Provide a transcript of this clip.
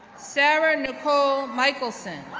sarah nicole michelson,